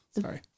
Sorry